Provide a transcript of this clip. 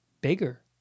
bigger